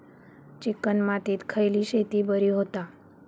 Chicken मातीत खयली शेती बरी होता?